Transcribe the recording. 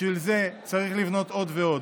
בשביל זה צריך לבנות עוד ועוד,